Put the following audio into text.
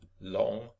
long